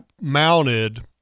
mounted